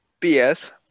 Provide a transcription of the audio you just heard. BS